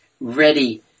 ready